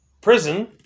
prison